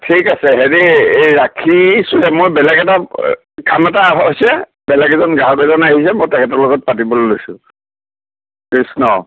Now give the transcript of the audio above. ঠিক আছে হেৰি এই ৰাখিছোঁ মই বেলেগ এটা কাম এটা হৈছে বেলেগ এজন গ্ৰাহক এজন আহিছে মই তেখেতৰ লগত পাতিবলে লৈছোঁ কৃষ্ণ